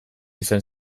izan